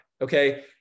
okay